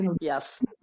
Yes